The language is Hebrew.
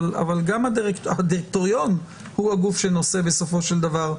אבל הדירקטוריון הוא הגוף שנושא בסופו של דבר.